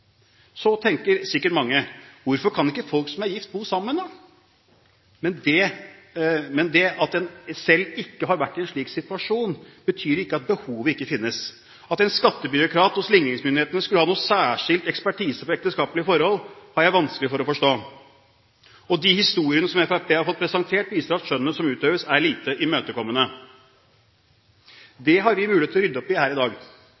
Så tenker sikkert mange: Hvorfor kan ikke folk som er gift, bo sammen? Men det at en ikke selv har vært i en slik situasjon, betyr ikke at behovet ikke finnes. At en skattebyråkrat hos ligningsmyndighetene skulle ha noen særskilt ekspertise på ekteskapelige forhold, har jeg vanskelig for å forstå. Og de historiene som Fremskrittspartiet har fått presentert, viser at skjønnet som utøves, er lite imøtekommende. Dette har vi mulighet til å rydde opp i her i dag,